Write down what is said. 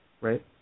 Right